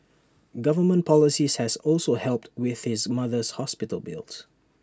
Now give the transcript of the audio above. government policies has also helped with his mother's hospital bills